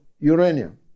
uranium